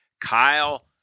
kyle